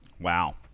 Wow